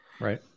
Right